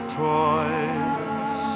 toys